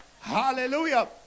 Hallelujah